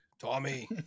Tommy